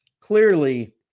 clearly